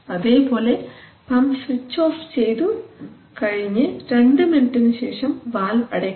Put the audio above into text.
അതേപോലെ pump switch off ചെയ്തു കഴിഞ്ഞു രണ്ട് മിനിറ്റിനുശേഷം വാൽവ് അടയ്ക്കണം